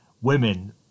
women